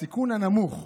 בסיכון הנמוך.